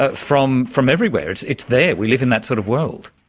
ah from from everywhere. it's it's there. we live in that sort of world.